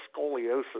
scoliosis